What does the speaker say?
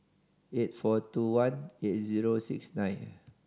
eight four two one eight zero six nine